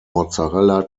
mozzarella